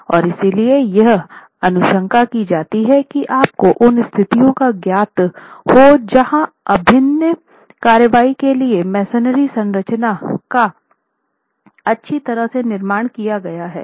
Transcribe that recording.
और इसलिए यह अनुशंसा की जाती है कि आपको उन स्थितियों का ज्ञात हो जहां अभिन्न कार्रवाई के लिए मेसनरी संरचना का अच्छी तरह से निर्माण नहीं किया गया है